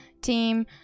team